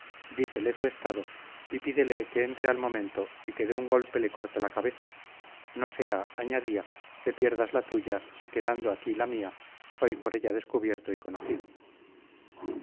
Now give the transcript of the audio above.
su hermano dícele su estado y pídele que entre al momento y que de un golpe le corte la cabeza no sea añadía que pierdas la tuya si quedando aquí la mía soy por ella descubierto y conocido